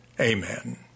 amen